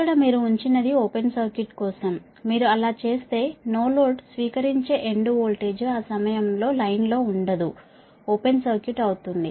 ఇక్కడ మీరు ఉంచినది ఓపెన్ సర్క్యూట్ కోసం మీరు అలా చేస్తే నో లోడ్ స్వీకరించే ఎండ్ వోల్టేజ్ ఆ సమయంలో లైన్లో ఉండదు ఓపెన్ సర్క్యూట్ అవుతుంది